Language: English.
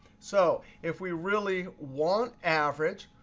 so if we really want average,